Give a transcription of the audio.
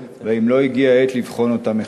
והאם לא הגיעה העת לבחון אותה מחדש?